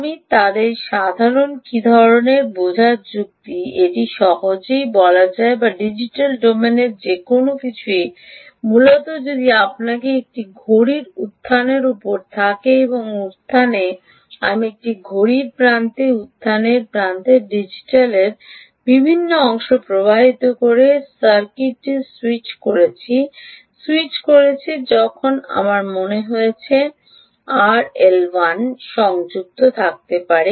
আমি তাদের সাথে কী ধরণের বোঝা যুক্ত করি এটি সহজেই বলা যায় যে ডিজিটাল ডোমেনের যে কোনও কিছুই মূলত যদি আপনার একটি ঘড়ির উত্থানের উপরে থাকে এর উত্থানে আমি একটি ঘড়ির প্রান্তের উত্থানের প্রান্তকে ডিজিটালের বিভিন্ন অংশে প্রবাহিত করি সার্কিটটি স্যুইচ করছে স্যুইচ করছে তখন আমার মনে হয় আপনি আরএল 1 সংযুক্ত করতে পারেন